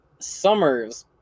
summer's